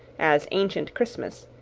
as ancient christmas,